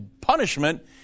punishment